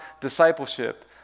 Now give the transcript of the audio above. discipleship